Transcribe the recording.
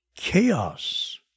chaos